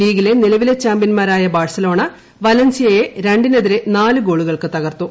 ലീഗിലെ നിലവിലെ ചാമ്പൃന്മാരായ ബാഴ്സലോണ വലൻസിയയെ രണ്ടിനെതിരെ നാല്ഗോളുകൾക്ക് തകർത്തു